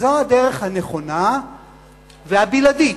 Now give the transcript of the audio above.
זו הדרך הנכונה והבלעדית,